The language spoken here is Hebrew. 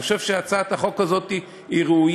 אני חושב שהצעת החוק הזאת ראויה,